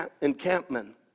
encampment